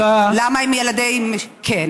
למה עם ילדינו כן?